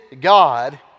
god